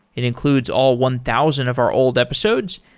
it includes all one thousand of our old episodes.